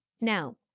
Now